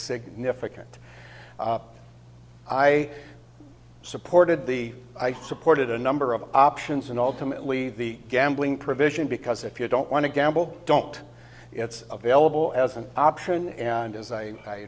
significant i supported the i supported a number of options and ultimately the gambling provision because if you don't want to gamble don't it's available as an option and as